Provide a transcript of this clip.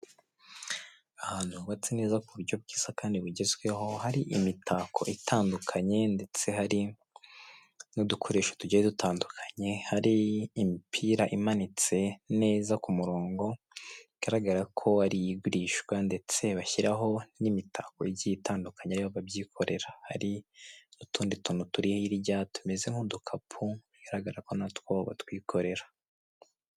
Ahantu hubatse neza ku buryo bwiza kandi bugezweho, hari imitako itandukanye ndetse hari n'udukoresho tugiye dutandukanye, hari imipira imanitse neza ku murongo bigaragara ko ari igurishwa ndetse bashyiraho n'imitako igiye itandukanye ari bo babyikorera. Hari n'utundi tuntu turi hirya tumeze nk'udukapu bigaragara ko na two batwikorera.